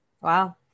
Wow